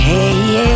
Hey